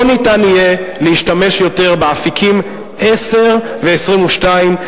לא יהיה אפשר יותר להשתמש באפיקים 10 ו-22,